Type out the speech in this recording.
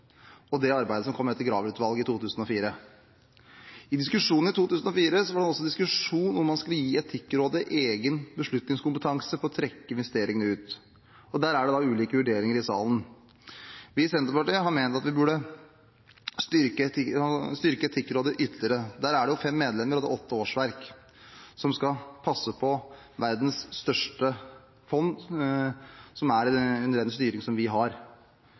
og det arbeidet som kom etter Graver-utvalget i 2004. I diskusjonen i 2004 var det også diskusjon om hvorvidt man skulle gi Etikkrådet egen beslutningskompetanse på å trekke investeringene ut. Der er det da ulike vurderinger her i salen. Vi i Senterpartiet har ment at vi burde styrke Etikkrådet ytterligere. Der er det fem medlemmer og åtte årsverk som skal passe på verdens største fond, som er under den styring som vi har.